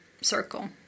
circle